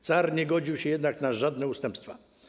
Car nie godził się jednak na żadne ustępstwa.